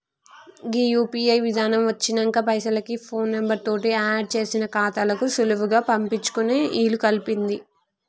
గీ UPI విధానం వచ్చినంక పైసలకి ఫోన్ నెంబర్ తోటి ఆడ్ చేసిన ఖాతాలకు సులువుగా పంపించుకునే ఇలుకల్పింది